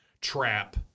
trap